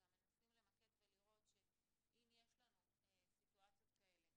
מנסים למקד ולראות שאם יש לנו סיטואציות כאלה